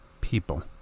people